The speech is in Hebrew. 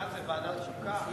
מה זה, ועדת חוקה?